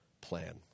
plan